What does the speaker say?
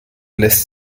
lässt